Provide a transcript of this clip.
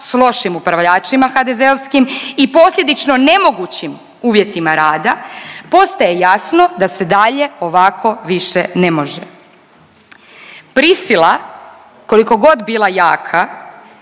s lošim upravljačima HDZ-ovskim i posljedično nemogućim uvjetima rada, postaje jasno da se dalje ovako više ne može. Prisila kolikogod bila jaka